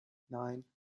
nein